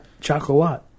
chocolate